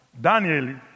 Daniel